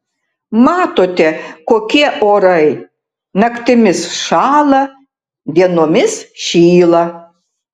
matote kokie orai naktimis šąla dienomis šyla